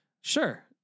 Sure